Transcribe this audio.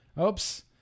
Oops